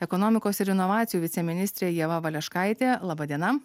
ekonomikos ir inovacijų viceministrė ieva valeškaitė laba diena